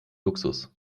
luxus